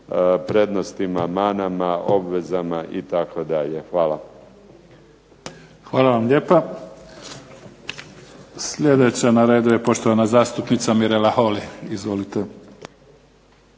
prednostima, manama, obvezama itd. Hvala. **Mimica, Neven (SDP)** Hvala vam lijepa. Sljedeća na redu je poštovana zastupnica Mirela Holy. Izvolite.